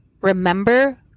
Remember